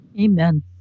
Amen